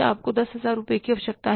आपको 10000 रुपये की आवश्यकता है